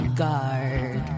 guard